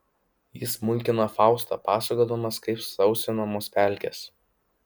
jis mulkina faustą pasakodamas kaip sausinamos pelkės